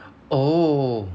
oh